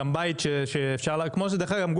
דרך אגב,